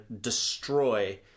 destroy